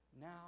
Now